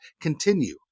continue